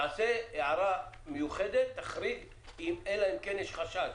תעשה הערה מיוחדת, תחריג, אלא אם כן יש חשש